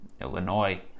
Illinois